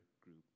group